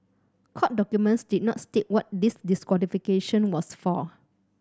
court documents did not state what this disqualification was for